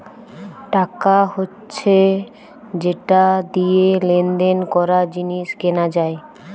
টাকা হচ্ছে যেটা দিয়ে লেনদেন করা, জিনিস কেনা যায়